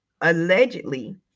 allegedly